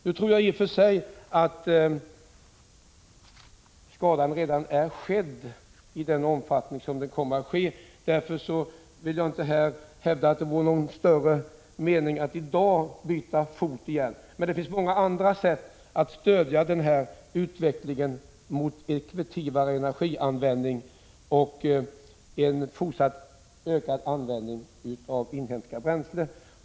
Jag tror att skadan till större del redan är skedd, och jag tror därför att det inte är någon större anledning för energiministern att byta fot i dag. Det finns dock många andra sätt att stödja utvecklingen mot effektivare energianvändning och en fortsatt ökad användning av inhemska bränslen.